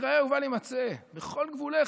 "בל יראה ובל ימצא בכל גבולך"